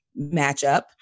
matchup